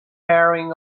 wearing